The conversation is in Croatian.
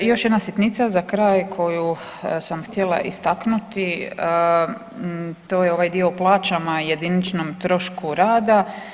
I još jedna sitnica za kraj koju sam htjela istaknuti, to je ovaj dio o plaćama i jediničnom trošku rada.